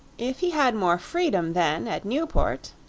if he had more freedom, then, at newport,